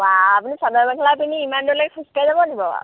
বা আপুনি চাদৰ মেখেলা পিন্ধি ইমান দূৰলৈ খোজকাঢ়ি যাব নি বাৰু